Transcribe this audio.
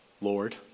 Lord